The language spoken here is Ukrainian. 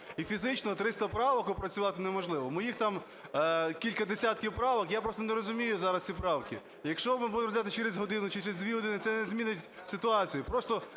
І фізично 300 правок опрацювати неможливо. Моїх там кілька десятків правок. Я просто не розумію зараз ці правки. Якщо ми будемо розглядати через годину чи через 2 години, це не змінить ситуацію.